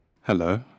Hello